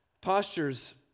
Postures